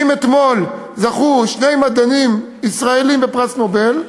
כי אם אתמול זכו שני מדענים ישראלים בפרס נובל,